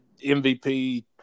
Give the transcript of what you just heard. MVP